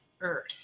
earth